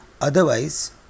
Otherwise